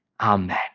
Amen